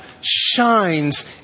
shines